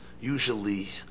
usually